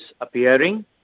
appearing